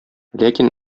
ләкин